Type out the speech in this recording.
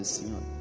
Senhor